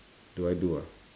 do I do ah